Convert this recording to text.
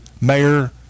mayor